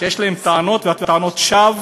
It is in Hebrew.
שיש להם טענות, טענות שווא,